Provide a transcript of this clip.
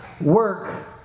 Work